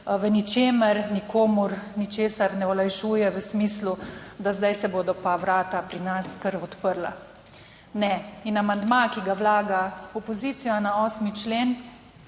v ničemer nikomur ničesar ne olajšuje v smislu, da zdaj se bodo pa vrata pri nas kar odprla. Ne? In amandma, ki ga vlaga opozicija na 8. člen,